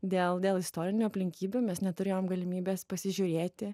dėl dėl istorinių aplinkybių mes neturėjom galimybės pasižiūrėti